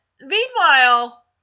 meanwhile